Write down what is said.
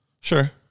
Sure